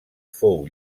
fou